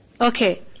Okay